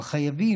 אבל חייבים.